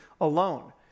alone